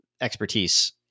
expertise